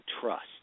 trust